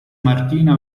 martina